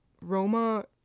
roma